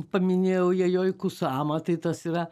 paminėjau jajoi kusama tai tas yra